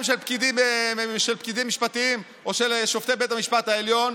של פקידים משפטיים או של שופטי בית המשפט העליון,